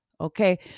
Okay